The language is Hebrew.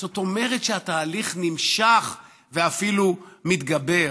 זאת אומרת שהתהליך נמשך ואפילו מתגבר.